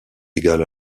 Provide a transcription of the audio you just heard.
égal